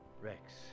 Rex